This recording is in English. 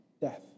death